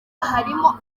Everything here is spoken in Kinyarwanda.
harimo